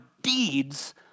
deeds